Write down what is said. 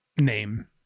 name